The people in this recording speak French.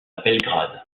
belgrade